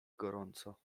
gorąco